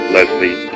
Leslie